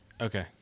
Okay